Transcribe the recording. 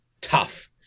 tough